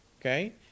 Okay